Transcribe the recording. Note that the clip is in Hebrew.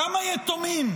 כמה יתומים